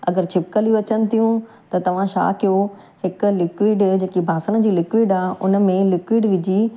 अगरि छिपकलियूं अचनि थियूं त तव्हां छा कयो हिकु लिक्विड जेके बासण जी लिक्विड आहे उन में लिक्विड विझी